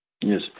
Yes